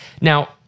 Now